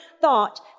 thought